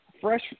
fresh